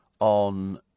On